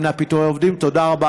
תודה רבה